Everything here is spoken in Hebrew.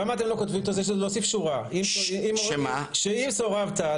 להוסיף שורה שאם סורבת,